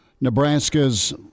Nebraska's